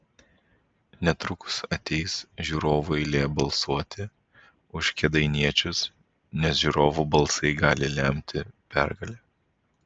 netrukus ateis žiūrovų eilė balsuoti už kėdainiečius nes žiūrovų balsai gali lemti pergalę